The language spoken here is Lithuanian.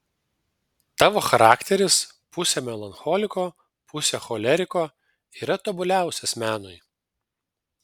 tavo charakteris pusė melancholiko pusė choleriko yra tobuliausias menui